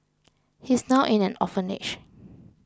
he's now in an orphanage